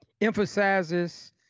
emphasizes